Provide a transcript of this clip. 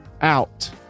Out